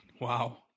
wow